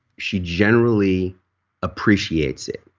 she generally appreciates it.